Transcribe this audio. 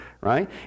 right